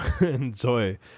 enjoy